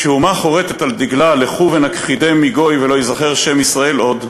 "כשאומה חורתת על דגלה 'לכו ונכחידם מגוי ולא יִזכר שם ישראל עוד'